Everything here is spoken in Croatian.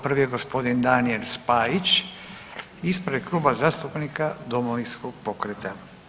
Prvi je gospodin Daniel Spajić ispred kluba zastupnika Domovinskog pokreta.